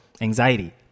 anxiety